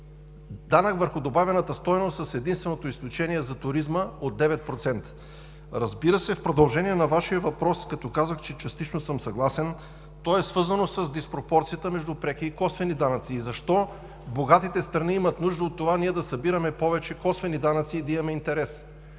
данък върху добавената стойност, с единственото изключение за туризма от 9%. Разбира се, в продължение на Вашия въпрос, като казах, че частично съм съгласен, то е свързано с диспропорцията между преки и косвени данъци и защо богатите страни имат нужда от това ние да събираме повече косвени данъци и да имаме интерес.